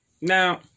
Now